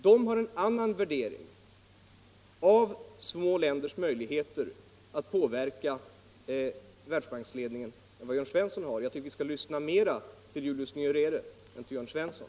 De har en annan värdering av små länders möjligheter att påverka Världsbankledningen än vad Jörn Svensson har, och jag tycker vi skall lyssna mer till Julius Nyerere än till Jörn Svensson.